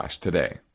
today